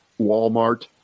Walmart